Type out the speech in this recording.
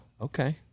Okay